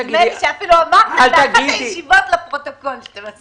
נדמה לי שאפילו אמרתם באחת הישיבות לפרוטוקול שאתם מסכימים אליו.